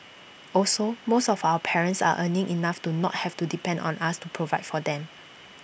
also most of our parents are earning enough to not have to depend on us to provide for them